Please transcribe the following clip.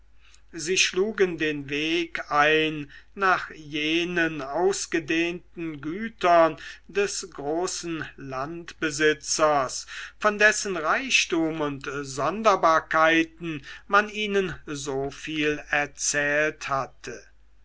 sie schlugen den weg ein nach jenen ausgedehnten gütern des großen landbesitzers von dessen reichtum und sonderbarkeiten man ihnen so viel erzählt hatte